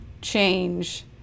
change